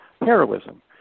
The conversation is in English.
heroism